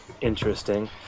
interesting